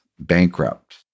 bankrupt